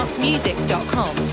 music.com